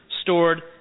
stored